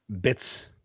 bits